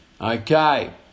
Okay